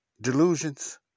Delusions